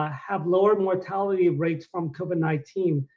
ah have lower mortality rates from covid nineteen.